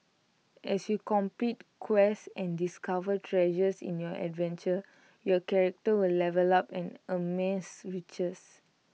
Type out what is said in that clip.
as you complete quests and discover treasures in your adventure your character will level up and amass riches